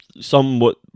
somewhat